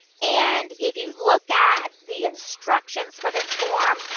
and if you look at the instructions for this form,